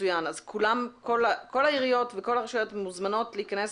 כל העיריות וכל הרשויות מוזמנות להיכנס